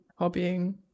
hobbying